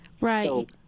Right